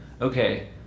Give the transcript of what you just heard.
Okay